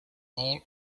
all